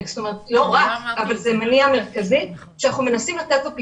אבל זה דבר שאנחנו מנסים לתת לו פתרון.